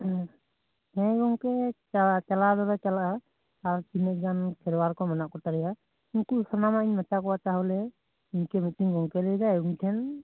ᱦᱮᱸ ᱜᱚᱝᱠᱮ ᱪᱟᱞ ᱪᱟᱞᱟᱣ ᱫᱚᱞᱮ ᱪᱟᱞᱟᱜ ᱟ ᱟᱨ ᱛᱤᱱᱟ ᱜ ᱜᱟᱱ ᱠᱷᱮᱞᱣᱟᱲ ᱠᱚ ᱢᱮᱱᱟᱜ ᱠᱚ ᱛᱟᱞᱮᱭᱟ ᱩᱱᱠᱩ ᱦᱚᱸ ᱥᱟᱱᱟᱢᱟᱜ ᱤᱧ ᱢᱮᱛᱟᱠᱚᱣᱟ ᱛᱟᱦᱮᱞᱮ ᱤᱱᱠᱟ ᱢᱤᱫᱴᱮᱱ ᱜᱚᱝᱠᱮᱭ ᱞᱟ ᱭᱮᱫᱟᱭ ᱩᱱᱤᱴᱷᱮᱱ